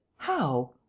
how?